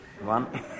One